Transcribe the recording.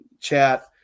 chat